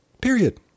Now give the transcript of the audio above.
period